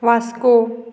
Vasco